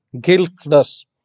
guiltless